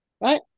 Right